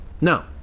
No